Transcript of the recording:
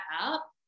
up